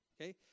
okay